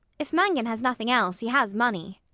if mangan has nothing else, he has money.